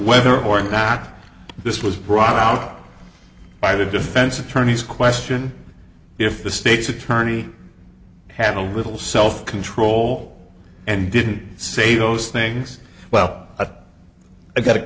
whether or not this was brought out by the defense attorneys question if the state's attorney had a little self control and didn't say those things well i got